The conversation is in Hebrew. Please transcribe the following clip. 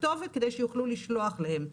כתובת כדי שיוכלו לשלוח להם,